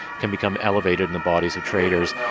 can become elevated in the bodies of traders.